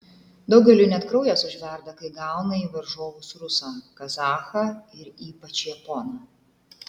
daugeliui net kraujas užverda kai gauna į varžovus rusą kazachą ir ypač japoną